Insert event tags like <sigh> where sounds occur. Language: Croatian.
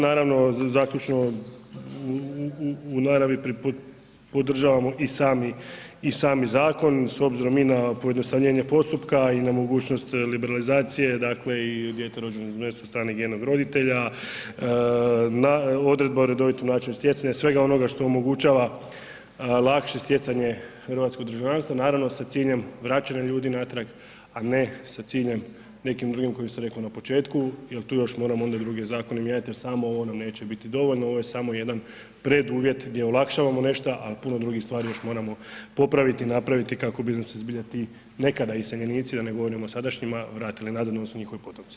Naravno zaključno u naravi podržavamo i sami zakon s obzirom mi na pojednostavljenje postupka i na mogućnost liberalizacije dakle i dijete rođeno ... <unintelligible> njenog roditelja, odredba o redovitom načinu stjecanja i svega onoga što omogućava lakše stjecanje hrvatskog državljanstva naravno sa ciljem vraćanja ljudi natrag a ne sa ciljem nekim drugim koji sam rekao na početku jer tu još moramo onda druge zakone mijenjati jer samo ovo nam neće biti dovoljno ovo je samo jedan preduvjet gdje olakšavamo nešto a puno drugih stvari još moramo popraviti i napraviti kako bi nam se zbilja ti nekada iseljenici, da ne govorimo o sadašnjima vratili nazad, odnosno njihovi potomci.